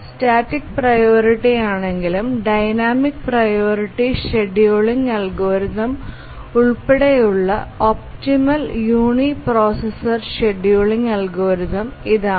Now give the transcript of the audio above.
static പ്രിയോറിറ്റിയാണെങ്കിലും dynamic priority scheduling algorithm ഉൾപ്പെടെയുള്ള optimal uniprocessor scheduling algorithm ഇതാണ്